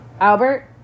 Albert